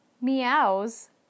Meows